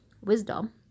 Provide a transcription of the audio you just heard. Wisdom